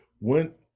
went